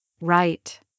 Right